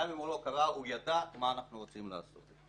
גם אם הוא לא קרא הוא ידע מה אנחנו רוצים לעשות.